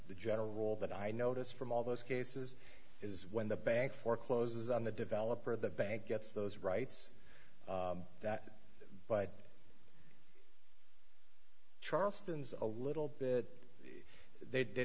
the general rule that i notice from all those cases is when the bank forecloses on the developer the bank gets those rights that by charleston's a little bit they